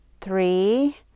three